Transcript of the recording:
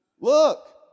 Look